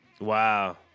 wow